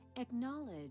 Acknowledge